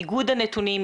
עיבוד הנתונים,